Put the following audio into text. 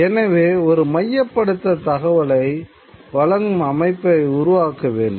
எனவே ஒரு மையப்படுத்தப்பட்ட தகவலை வழங்கும் அமைப்பை உருவாக்க வேண்டும்